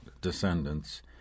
descendants